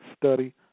study